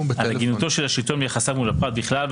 על הגינותו של השלטון ביחסיו מול הפרט ובכלל,